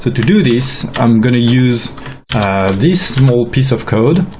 to to do this, i'm going to use this small piece of code.